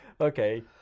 Okay